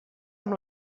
amb